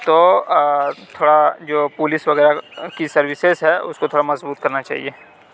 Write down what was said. تو تھوڑا جو پولیس وغیرہ کی سروسز ہے اس کو تھوڑا مضبوط کرنا چاہیے